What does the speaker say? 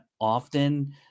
often